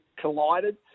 collided